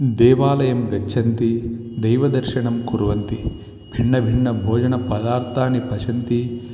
देवालयं गच्छन्ति दैवदर्शनं कुर्वन्ति भिन्नभिन्नभोजनपदार्थाः पचन्ति